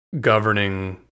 governing